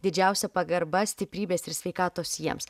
didžiausia pagarba stiprybės ir sveikatos jiems